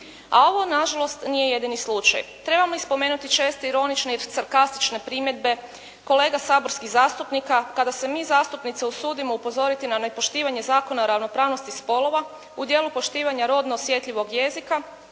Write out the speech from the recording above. A ovo nažalost nije jedini slučaj. Trebamo spomenuti česte ironične i sarkastične primjedbe kolega saborskih zastupnika kada se mi zastupnice usudimo upozoriti na nepoštivanje Zakona o ravnopravnosti spolova u dijelu poštivanja rodno osjetljivog jezika